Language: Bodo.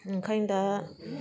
ओंखायनो दा